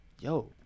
yo